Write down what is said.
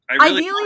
ideally